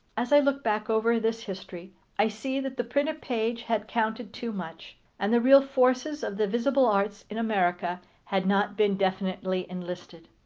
as i look back over this history i see that the printed page had counted too much, and the real forces of the visible arts in america had not been definitely enlisted.